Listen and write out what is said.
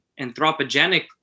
anthropogenic